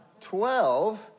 Twelve